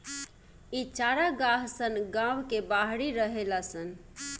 इ चारागाह सन गांव के बाहरी रहेला सन